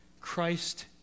Christ